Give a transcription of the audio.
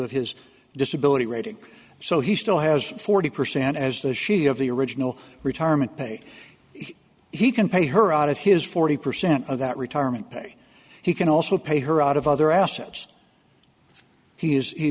of his disability rating so he still has forty percent as she of the original retirement pay he can pay her out of his forty percent of that retirement pay he can also pay her out of other assets he is he